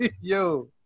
yo